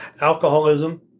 alcoholism